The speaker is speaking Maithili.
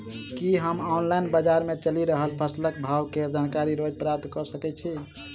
की हम ऑनलाइन, बजार मे चलि रहल फसलक भाव केँ जानकारी रोज प्राप्त कऽ सकैत छी?